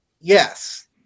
yes